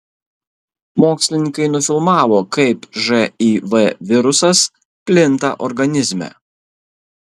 mokslininkai nufilmavo kaip živ virusas plinta organizme